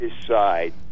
decide